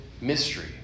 mystery